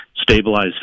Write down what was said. stabilize